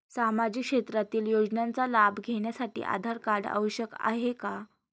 सामाजिक क्षेत्रातील योजनांचा लाभ घेण्यासाठी आधार कार्ड आवश्यक आहे का?